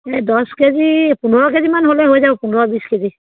এই দছ কেজি পোন্ধৰ কেজিমান হ'লে হৈ যাব পোন্ধৰ বিছ কেজি